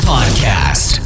Podcast